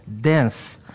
dense